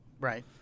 Right